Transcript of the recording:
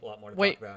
Wait